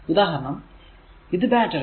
ഉദാഹരണം ഇത് ബാറ്ററി